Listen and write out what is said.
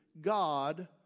God